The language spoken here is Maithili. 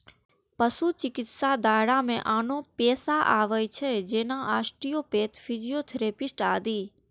पशु चिकित्साक दायरा मे आनो पेशा आबै छै, जेना आस्टियोपैथ, फिजियोथेरेपिस्ट आदि